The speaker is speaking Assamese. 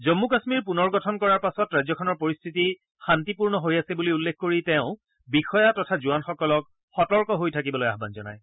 জন্মু কাম্মীৰ পুনৰ গঠন কৰাৰ পাছত ৰাজ্যখনৰ পৰিস্থিতি শান্তিপূৰ্ণ হৈ আছে বুলি উল্লেখ কৰি তেওঁ বিষয়া তথা জোৱানসকলক সতৰ্ক হৈ থাকিবলৈ আয়ান জনায়